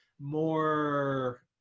more